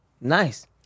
Nice